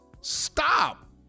Stop